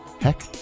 Heck